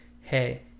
hey